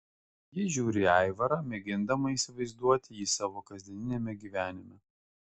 ji žiūri į aivarą mėgindama įsivaizduoti jį savo kasdieniame gyvenime